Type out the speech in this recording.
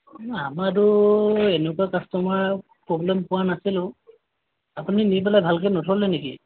নাই আমাৰতো এনেকুৱা কাষ্টমাৰ প্ৰব্লেম পোৱা নাছিলোঁ আপুনি নি পেলাই ভালকৈ নথলে নেকি